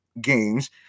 games